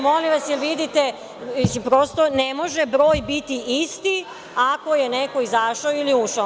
Molim vas, jel vidite, prosto ne može broj biti isti ako je neko izašao ili ušao.